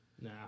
Nah